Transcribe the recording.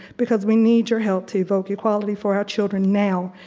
because we need your help to evoke equality for our children now,